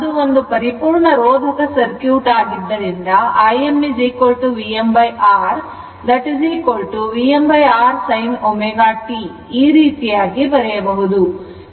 ಅದು ಒಂದು ಪರಿಪೂರ್ಣ ರೋಧಕ ಸರ್ಕ್ಯೂಟ್ ಆಗಿದ್ದರಿಂದ Im VmRVmR sin ωt ಈ ರೀತಿಯಾಗಿ ಬರೆಯಬಹುದು